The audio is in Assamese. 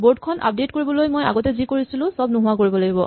বৰ্ড খন আপডেট কৰিবলৈ মই আগতে যি কৰিছিলো চব নোহোৱা কৰিব লাগিব